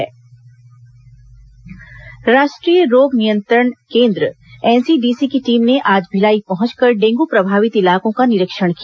dengue केंद्रीय जांच team राष्ट्रीय रोग नियंत्रण केंद्र एनसीडीसी की टीम ने आज भिलाई पहुंचकर डेंगू प्रभावित इलाकों का निरीक्षण किया